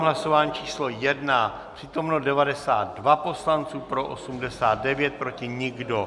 Hlasování číslo 1, přítomno 92 poslanců, pro 89, proti nikdo.